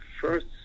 first